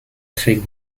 krieg